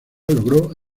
logró